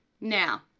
Now